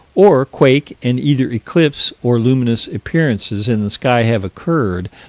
or quake and either eclipse or luminous appearances in the sky have occurred,